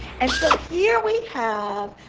and so here, we have,